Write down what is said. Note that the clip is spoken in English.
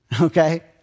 okay